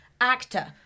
actor